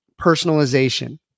personalization